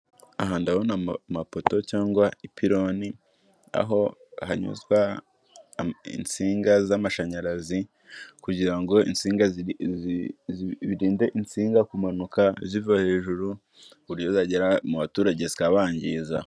Aha ndabona amapoto cyangwa ipironi aho hanyuzwa insinga z'amashanyarazi kugira ngo insinga birinde insinga kumanuka ziva hejuru ku buryo zagera mu baturage zikabangiza.